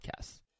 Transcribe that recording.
podcasts